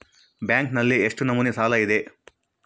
ಬ್ಯಾಂಕಿನಲ್ಲಿ ಎಷ್ಟು ನಮೂನೆ ಸಾಲ ಇದೆ?